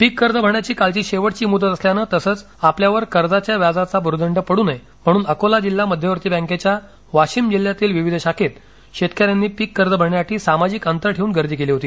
पिककर्ज भरण्याची कालची शेवटची मुदत असल्यानं तसं च आपल्यावर कर्जाच्या व्याजाचा भुर्दंड पडू नये म्हणून अकोला जिल्हा मध्यवर्ती बँकेच्या वाशिम जिल्हातील विविध शाखेत शेतकऱ्यांनी पिकं कर्ज भरण्यासाठी सामाजिक अंतर ठेवून गर्दी केली होती